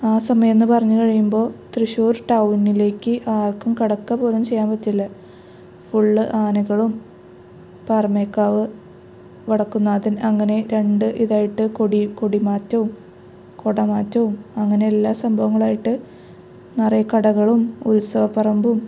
ആ സമയമെന്ന് പറഞ്ഞ് കഴിയുമ്പോൾ തൃശ്ശൂർ ടൗണിലേക്ക് ആർക്കും കടക്കാൻ പോലും ചെയ്യാൻ പറ്റില്ല ഫുള്ള് ആനകളും പാറമ്മേക്കാവ് വടക്കുനാഥൻ അങ്ങനെ രണ്ട് ഇതായിട്ട് കൊടി കൊടി മാറ്റവും കൊട മാറ്റവും അങ്ങനെയെല്ലാ സംഭവങ്ങളുവായട്ട് നിറയെ കടകളും ഉത്സവപ്പറമ്പും